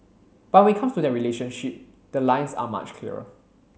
but when it comes to their relationship the lines are much clearer